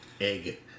Egg